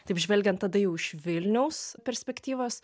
taip žvelgiant tada jau iš vilniaus perspektyvos